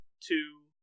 two